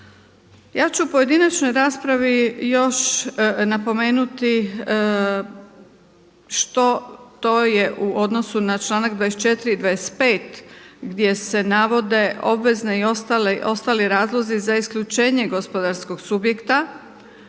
Ja ću u pojedinačnoj raspravi još napomenuti što to je u odnosu na članak 24. i 25. gdje se navode obvezne i ostali razlozi za isključenje gospodarskog subjekta